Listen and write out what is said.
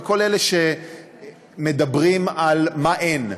וכל אלה שמדברים על מה שאין.